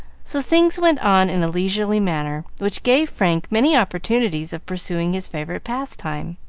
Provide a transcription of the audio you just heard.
so things went on in a leisurely manner, which gave frank many opportunities of pursuing his favorite pastime.